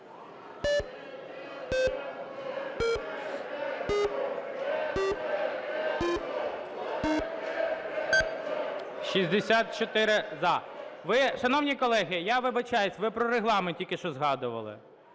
За-64 Ви, шановні колеги, я вибачаюсь, ви про Регламент тільки що згадували.